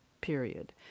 period